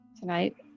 Tonight